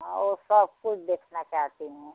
हाँ वह सब कुछ देखना चाहती हूँ